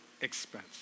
expense